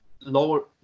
lower